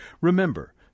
Remember